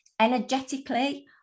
energetically